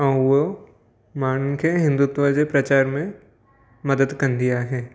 ऐं उहो माण्हुनि खे हिंदुत्व जे प्रचार में मदद कंदी आहे